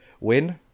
win